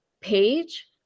page